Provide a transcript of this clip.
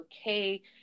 okay